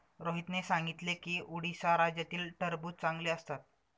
रोहितने सांगितले की उडीसा राज्यातील टरबूज चांगले असतात